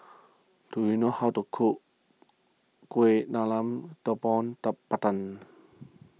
do you know how to cook Kueh Talam Tepong Pandan